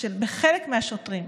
חלק מהשוטרים,